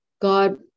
God